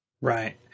Right